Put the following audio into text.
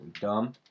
dumb